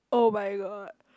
[oh]-my-god